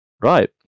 Right